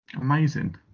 amazing